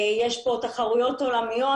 יש כאן תחרויות עולמיות